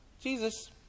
Jesus